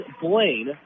Blaine